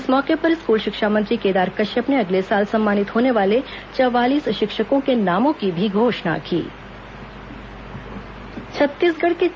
इस मौके पर स्कूल शिक्षा मंत्री केदार कश्यप ने अगले साल सम्मानित होने वाले चवालीस शिक्षकों के नामों की भी घोषणा की